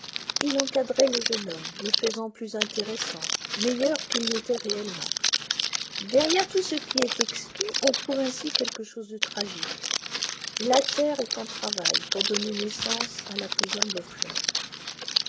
il encadrait le jeune homme le faisant plus intéressant meilleur qu'il n'était réellement derrière tout ce qui est exquis on trouve ainsi quelque chose de tragique la terre est en travail pour donner naissance à la plus humble fleur